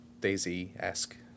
Daisy-esque